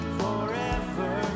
forever